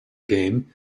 game